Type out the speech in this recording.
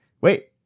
Wait